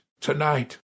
to-night